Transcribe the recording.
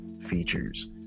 features